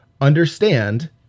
Understand